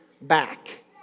back